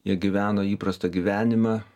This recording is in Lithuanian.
jie gyveno įprastą gyvenimą